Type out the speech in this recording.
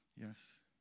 yes